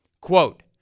Quote